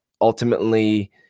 ultimately